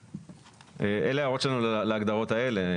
אלה ההערות שלנו להגדרות האלה.